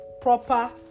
proper